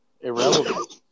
Irrelevant